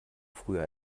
früher